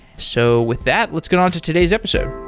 so with that, let's get on to today's episode.